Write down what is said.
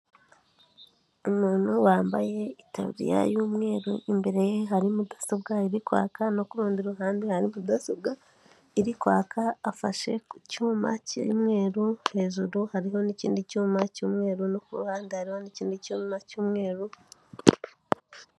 Umuntu wambaye itaburiya y'umweru, imbere ye hari mudasobwa iri kwaka, no kurundi ruhande hari mudasobwa iri kwaka, afashe ku cyuma cy'umweru, hejuru hariho n'ikindi cyuma cy'umweru, no ku ruhande hariho ikindi cyuma cy'umweru.